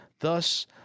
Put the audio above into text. Thus